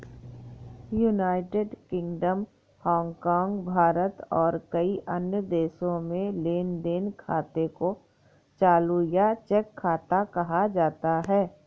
United Kingdom, Hong Kong, Bharat और कई अन्य देशों में लेन देन खाते को चालू या चेक खाता कहा जाता है